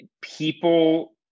people